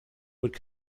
would